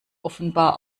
offenbar